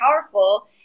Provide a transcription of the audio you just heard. powerful